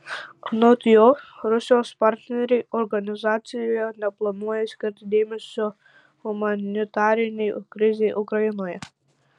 anot jo rusijos partneriai organizacijoje neplanuoja skirti dėmesio humanitarinei krizei ukrainoje